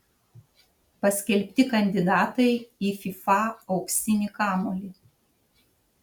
paskelbti kandidatai į fifa auksinį kamuolį